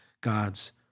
God's